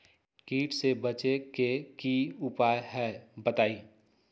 कीट से बचे के की उपाय हैं बताई?